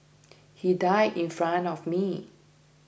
he died in front of me